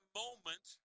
moment